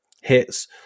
hits